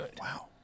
Wow